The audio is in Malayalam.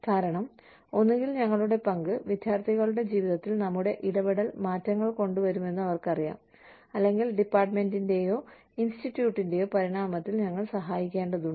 കാരണം ഒന്നുകിൽ ഞങ്ങളുടെ പങ്ക് വിദ്യാർത്ഥികളുടെ ജീവിതത്തിൽ നമ്മുടെ ഇടപെടൽ മാറ്റങ്ങൾ കൊണ്ടുവരുമെന്ന് അവർക്കറിയാം അല്ലെങ്കിൽ ഡിപ്പാർട്ട്മെന്റിന്റെയോ ഇൻസ്റ്റിറ്റ്യൂട്ടിന്റെയോ പരിണാമത്തിൽ ഞങ്ങൾ സഹായിക്കേണ്ടതുണ്ട്